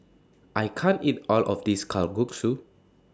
I can't eat All of This Kalguksu